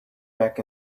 back